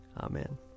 Amen